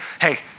hey